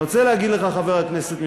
אני רוצה להגיד לך, חבר הכנסת מזרחי,